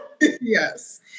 yes